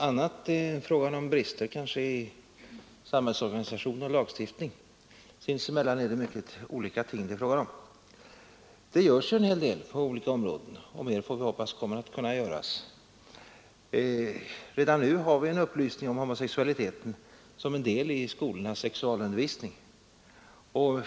Annat är kanske en fråga om brister i samhällsorganisation och lagstiftning. Sinsemellan är det mycket olika ting det är fråga om. Det görs en hel del på olika områden, och mer får vi hoppas kommer att kunna göras. Redan nu har vi upplysning om homosexualiteten som en del i skolornas sexualundervisning.